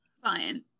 fine